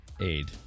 aid